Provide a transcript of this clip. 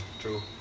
true